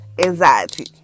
anxiety